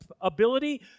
ability